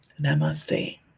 Namaste